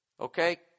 Okay